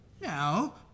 Now